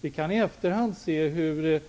Vi kan i efterhand se hur